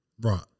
Right